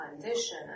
condition